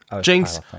jinx